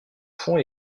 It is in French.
fond